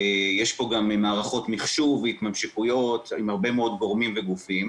יש פה גם מערכות מחשוב והתממשקויות עם הרבה מאוד גורמים וגופים.